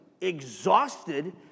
exhausted